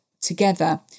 together